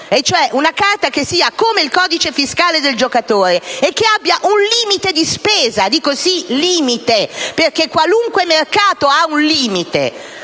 una carta che sia come il codice fiscale del giocatore e che abbia un limite - ripeto, limite - di spesa, perché qualunque mercato ha un limite.